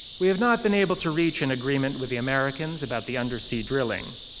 we have not been able to reach an agreement with the americans about the undersea drilling.